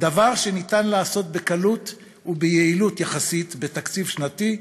דבר שניתן לעשות בקלות וביעילות יחסית בתקציב שנתי,